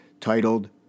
titled